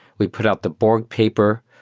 we put out the borg paper,